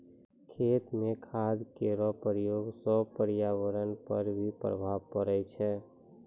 खेत म खाद केरो प्रयोग सँ पर्यावरण पर भी प्रभाव पड़ै छै